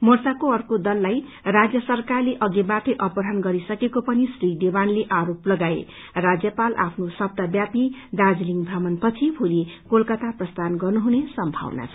मोर्चाको अव्ये दललाई राज्य सरकारले अघिबाटै अपहरण गरिसकेको पनि श्री देवानले आरोप लागाए राज्यपाल आफ्नो सप्ताह व्यापी दार्जीलिङ भ्रमणपछि भोली कालकाता प्रस्थान गर्नुहुने संभावना छ